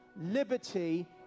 liberty